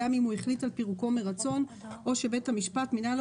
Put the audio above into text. גם אם החליט על פירוקו מרצון או שבית המשפט מינה לו